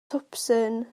twpsyn